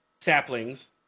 saplings